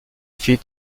fit